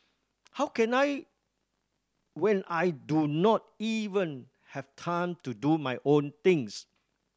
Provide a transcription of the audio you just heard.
how can I when I do not even have time to do my own things